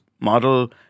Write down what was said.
model